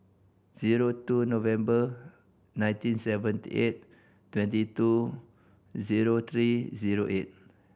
zero two November nineteen seventy eight twenty two zero three zero eight